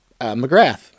McGrath